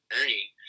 Ernie